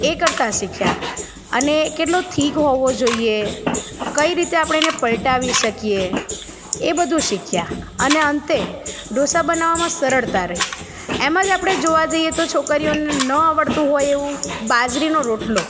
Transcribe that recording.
એ કરતાં શીખ્યાં અને કેટલો થિક હોવો જોઈએ કઈ રીતે આપણે એને પલટાવી શકીએ એ બધું શીખ્યાં અને અંતે ઢોસા બનાવવામાં સરળતા રહી એમ જ આપણે જોવાં જઈએ તો છોકરીઓને ન આવડતું હોય એવું બાજરીનો રોટલો